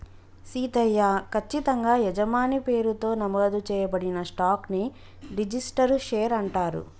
సీతయ్య, కచ్చితంగా యజమాని పేరుతో నమోదు చేయబడిన స్టాక్ ని రిజిస్టరు షేర్ అంటారు